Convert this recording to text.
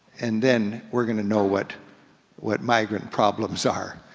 and then we're gonna know what what migrant problems are.